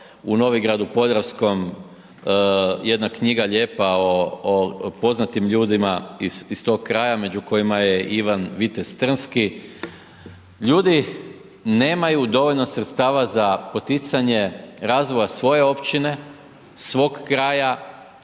u Novigradu Podravskom, jedna knjiga lijepa o poznatim ljudima iz tog kraja među kojima je Ivan Vitez Trnski, ljudi nemaju dovoljno sredstava za poticanje razvoja svoje općine, svog kraja,